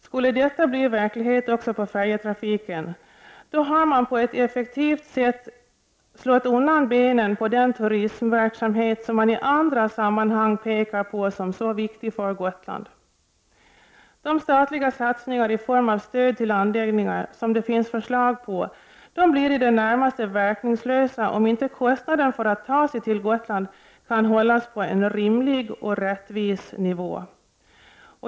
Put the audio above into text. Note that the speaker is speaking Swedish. Skulle detta bli verklighet även för färjetrafiken så har man på ett effektivt sätt slagit undan benen på den turistverksamhet som man i andra sammanhang pekar på som så viktig för Gotland. De statliga satsningar i form av stöd till anläggningar som det finns förslag om blir i det närmaste verkningslösa om inte kostnaden för att ta sig till Gotland kan hållas på en rimlig och rättvis nivå.